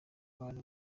abantu